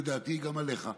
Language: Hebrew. לדעתי היא גם עליך.